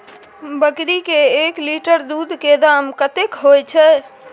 बकरी के एक लीटर दूध के दाम कतेक होय छै?